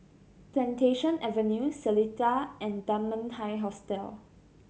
Plantation Avenue Seletar and Dunman High Hostel